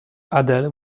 adele